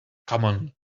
common